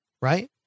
right